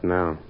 now